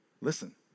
Listen